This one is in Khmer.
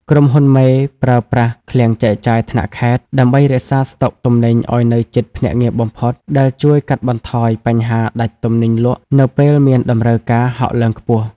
ក្រុមហ៊ុនមេប្រើប្រាស់ "ឃ្លាំងចែកចាយថ្នាក់ខេត្ត" ដើម្បីរក្សាស្តុកទំនិញឱ្យនៅជិតភ្នាក់ងារបំផុត ដែលជួយកាត់បន្ថយបញ្ហាដាច់ទំនិញលក់នៅពេលមានតម្រូវការហក់ឡើងខ្ពស់។